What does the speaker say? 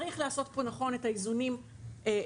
צריך לעשות פה את האיזונים הדרושים.